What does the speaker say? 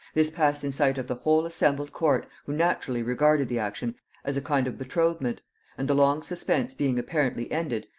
this passed in sight of the whole assembled court, who naturally regarded the action as a kind of betrothment and the long suspense being apparently ended,